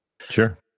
Sure